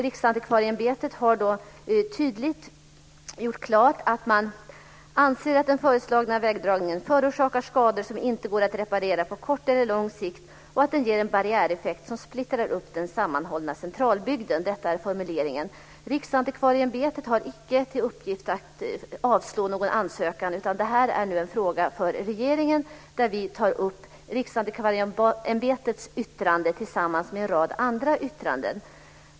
Riksantikvarieämbetet har tydligt gjort klart att man anser att den föreslagna vägdragningen förorsakar skador som inte går att reparera på kort eller lång sikt och att den ger en barriäreffekt som splittrar upp den sammanhållna centralbygden. Detta är formuleringen. Riksantikvarieämbetet har icke till uppgift att avslå någon ansökan, utan det här är nu en fråga för regeringen, där vi tar upp Riksantikvarieämbetets yttrande tillsammans med en rad andra yttranden.